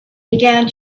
began